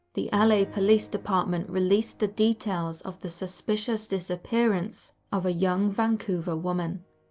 the ah la police department released the details of the suspicious disappearance of a young, vancouver woman.